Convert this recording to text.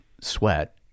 sweat